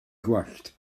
gwallt